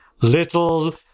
little